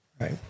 Right